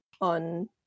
on